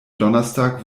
donnerstag